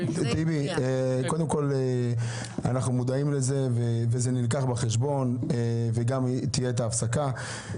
אנחנו מודעים לזה וזה נלקח בחשבון וגם תהיה הפסקה.